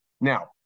Now